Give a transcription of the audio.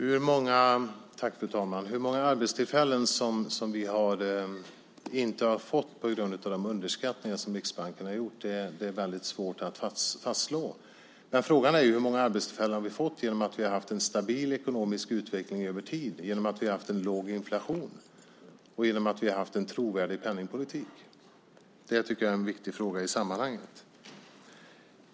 Fru talman! Det är svårt att fastslå hur många arbetstillfällen som vi inte har fått på grund av de underskattningar som Riksbanken har gjort. Men frågan är hur många arbetstillfällen vi har fått i och med att vi har haft en stabil ekonomisk utveckling över tid och genom att vi har haft en låg inflation och en trovärdig penningpolitik. Det tycker jag är en viktig fråga i sammanhanget.